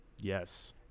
Yes